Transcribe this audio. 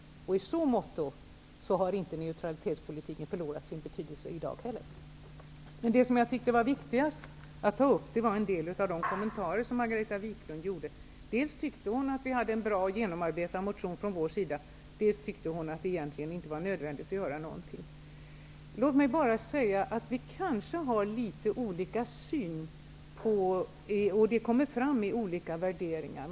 I så måtto har neutralitetspolitiken inte heller i dag förlorat sin betydelse. Det som jag tyckte var viktigast att ta upp var en del av Margareta Viklunds kommentarer. Dels ansåg hon att vi socialdemokrater hade en bra och genomarbetad motion. Dels tyckte hon att det egentligen inte var nödvändigt att göra någonting. Låt mig bara säga att vi kanske har litet olika syn. Detta kommer fram i olika värderingar.